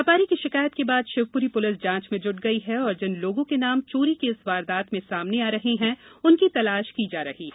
व्यापारी की शिकायत के बाद शिवपुरी पुलिस जांच में जुट गई है और जिन लोगों के नाम चोरी की इस वारदात में सामने आ रहे हैं उनकी तलाश की जा रही है